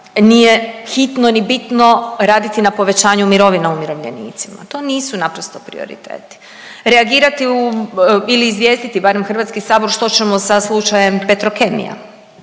nije hitno ni bitno raditi na povećanju mirovina umirovljenicima, to nisu naprosto prioriteti, reagirati u ili izvijestiti barem HS što ćemo sa slučajem Petrokemija